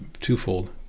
twofold